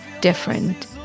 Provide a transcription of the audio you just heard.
different